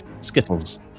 Skittles